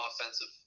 offensive